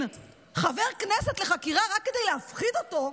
חבר כנסת לחקירה רק כדי להפחיד אותו,